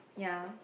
ya